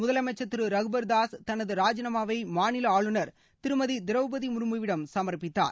முதலமைச்சர் திரு ரகுபர்தாஸ் தனது ராஜினாமாவை மாநில ஆளுநர் திருமதி திரவுபதி முர்முவிடம் சமர்பித்தார்